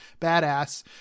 badass